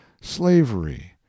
slavery